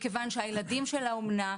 מכיוון שהילדים של האומנה,